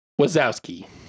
Wazowski